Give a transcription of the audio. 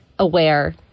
aware